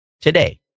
Today